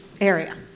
area